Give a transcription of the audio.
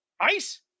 Ice